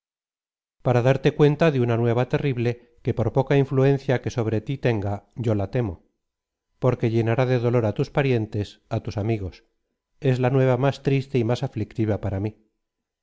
para darte cuenta de una nueva terrible que por poca influencia que sobre tí tenga yo la temo porque llenará de dolor á tus parientes á tus amigos es la nueva más triste y más aflictiva para mí